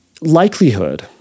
Likelihood